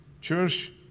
church